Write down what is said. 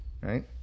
Right